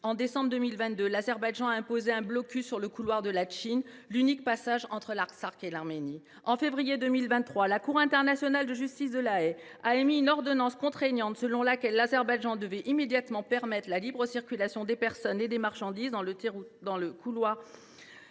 En décembre 2022, il a imposé un blocus sur le couloir de Latchine, l’unique passage entre l’Artsakh et l’Arménie. En février 2023, la Cour internationale de justice de La Haye a émis une ordonnance contraignante, selon laquelle l’Azerbaïdjan devait immédiatement permettre la libre circulation des personnes et des marchandises dans le couloir